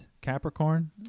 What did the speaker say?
capricorn